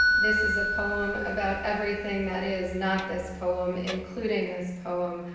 this is a poem about everything that is not this poem, including this poem.